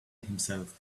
himself